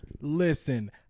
listen